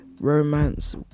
romance